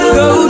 go